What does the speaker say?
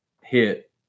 hit